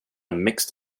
mixed